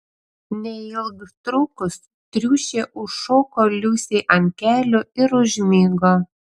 neilgtrukus triušė užšoko liusei ant kelių ir užmigo